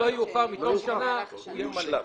"לא יאוחר מתום שנה" הוא יושלם.